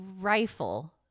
rifle